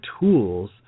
tools